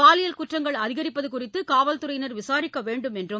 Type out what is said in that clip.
பாலியல் குற்றங்கள் அதிகரிப்பதுகுறித்துகாவல்துறையினர் விசாரிக்கவேண்டும் என்றும்